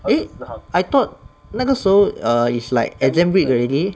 eh I thought 那个时候 err is like exam week already